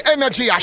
Energy